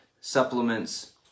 supplements